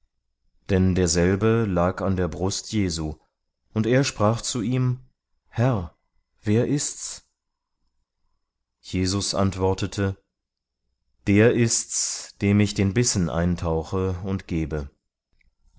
denn derselbe lag an der brust jesu und er sprach zu ihm herr wer ist's jesus antwortete der ist's dem ich den bissen eintauche und gebe